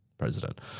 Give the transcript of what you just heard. president